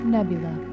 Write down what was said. Nebula